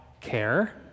care